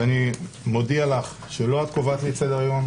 אני מודיע לך, שלא את קובעת לי את סדר היום,